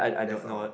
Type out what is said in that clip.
that's all